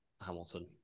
Hamilton